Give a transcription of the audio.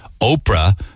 Oprah